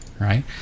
right